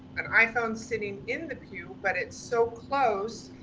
an iphone sitting in the pew, but it's so close,